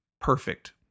perfect